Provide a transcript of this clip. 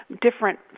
different